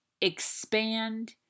expand